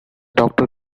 doctor